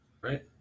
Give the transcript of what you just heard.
Right